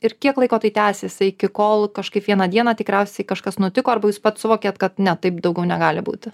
ir kiek laiko tai tęsiasi iki kol kažkaip vieną dieną tikriausiai kažkas nutiko arba jūs pats suvokėt kad ne taip daugiau negali būti